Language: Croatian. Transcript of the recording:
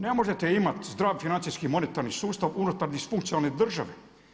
Ne možete imati zdrav financijski monetarni sustav unutar disfunkcionalne države.